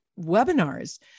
webinars